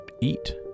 eat